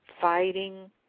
fighting